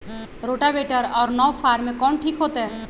Rotavator और नौ फ़ार में कौन ठीक होतै?